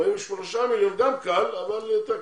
43 מיליון גם קל, אבל יותר קשה.